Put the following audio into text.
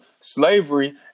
slavery